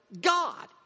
God